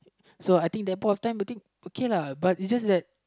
so I think that point of time between okay lah but is just that